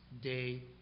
day